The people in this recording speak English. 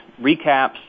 recaps